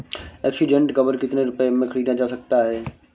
Accident cover कितने रुपए में खरीदा जा सकता है?